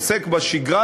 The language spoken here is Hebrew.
עוסק בשגרה,